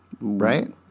right